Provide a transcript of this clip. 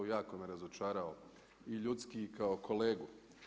Jako me razočarao i ljudski i kao kolegu.